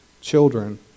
children